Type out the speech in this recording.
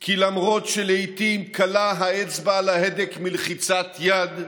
כי למרות שלעיתים קלה האצבע על ההדק מלחיצת יד,